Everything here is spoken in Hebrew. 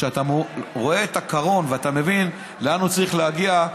כשאתה רואה את הקרון ואתה מבין לאן הוא צריך להגיע,